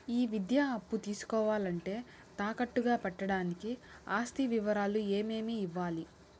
ఈ విద్యా అప్పు తీసుకోవాలంటే తాకట్టు గా పెట్టడానికి ఆస్తి వివరాలు ఏమేమి ఇవ్వాలి?